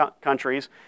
countries